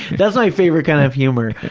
that's my favorite kind of humor.